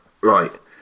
right